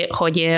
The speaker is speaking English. hogy